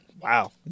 wow